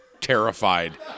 terrified